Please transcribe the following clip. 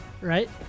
Right